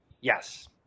Yes